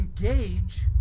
engage